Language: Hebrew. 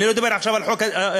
אני לא מדבר עכשיו על חוק ההסדרים,